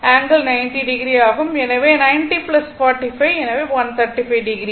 எனவே 90 45 எனவே 135o